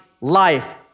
life